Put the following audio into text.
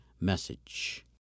message